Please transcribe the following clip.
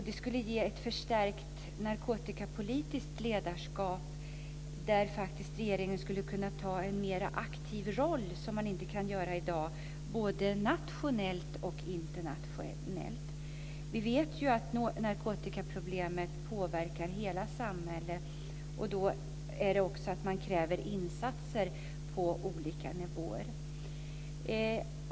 Det skulle ge ett förstärkt narkotikapolitiskt ledarskap där regeringen skulle kunna ta en mer aktiv roll än man kan göra i dag, både nationellt och internationellt. Vi vet ju att narkotikaproblemet påverkar hela samhället och också kräver insatser på olika nivåer.